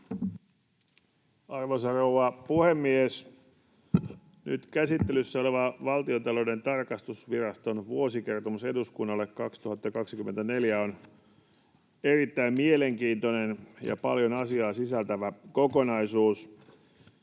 Arvoisa rouva puhemies! Nyt käsittelyssä oleva Valtiontalouden tarkastusviraston vuosikertomus eduskunnalle 2024 on erittäin mielenkiintoinen ja paljon asiaa sisältävä kokonaisuus.